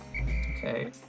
Okay